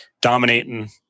dominating